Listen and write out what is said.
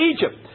Egypt